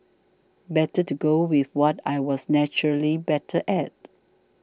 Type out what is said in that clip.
better to go with what I was naturally better at